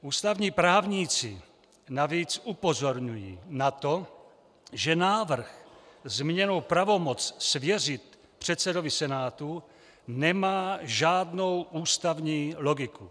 Ústavní právníci navíc upozorňují na to, že návrh zmíněnou pravomoc svěřit předsedovi Senátu nemá žádnou ústavní logiku.